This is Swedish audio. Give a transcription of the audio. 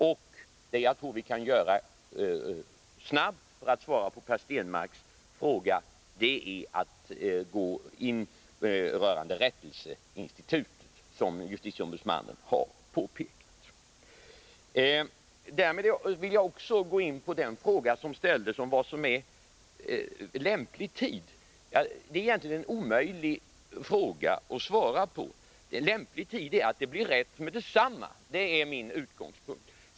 Och jag tror att vi — för att svara på Per Stenmarcks fråga — snabbt kan vidta åtgärder rörande rättelseinstitutet, vilket också justitieombudsmannen har påpekat. Därmed vill jag gå in på den fråga som ställdes angående vad som är en lämplig handläggningstid. Det är egentligen en fråga som det är omöjligt att svara på. Min utgångspunkt är att ”lämplig tid” är med detsamma.